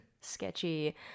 sketchy